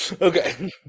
Okay